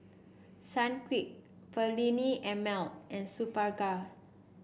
Sunquick Perllini and Mel and Superga